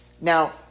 Now